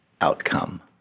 outcome